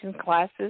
classes